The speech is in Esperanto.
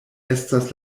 estas